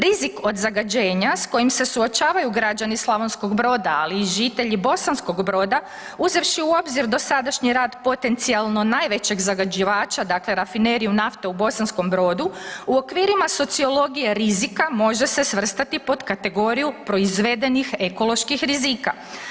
Rizik od zagađenja s kojim se suočavaju građani Slavonskog Broda ali i žitelji Bosanskog Broda, uzevši u obzir dosadašnji rad potencijalno najvećeg zagađivača, dakle rafineriju nafte u Bosankom Brodu, u okvirima sociologije rizika može se svrstati pod kategoriju proizvedenih ekoloških rizika.